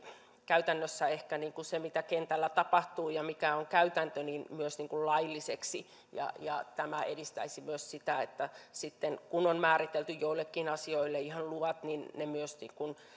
käytännössä se mitä ehkä kentällä tapahtuu ja mikä on käytäntö myös lailliseksi tämä edistäisi myös sitä että kun on määritelty joillekin asioille luvat niin ne myös